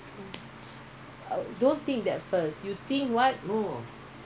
விட்டாசந்தோஷம்தான:vitta sandhosham thana